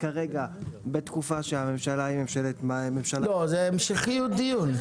כרגע בתקופה שהממשלה- -- המשכיות דיון.